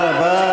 תודה רבה.